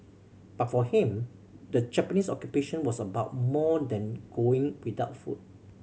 but for him the Japanese Occupation was about more than going without food